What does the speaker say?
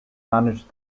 manage